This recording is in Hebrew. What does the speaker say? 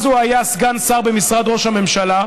אז הוא היה סגן שר במשרד ראש הממשלה.